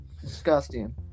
disgusting